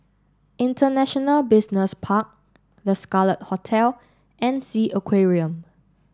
International Business Park The Scarlet Hotel and S E A Aquarium